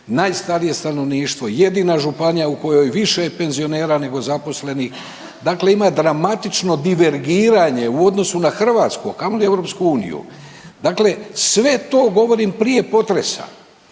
najstarije stanovništvo, jedina županija u kojoj je više penzionera nego zaposlenih. Dakle, ima dramatično divergiranje u odnosu na Hrvatsku, a kamoli Europsku uniju. Dakle, sve to govorim prije potresa.